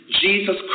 Jesus